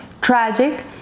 tragic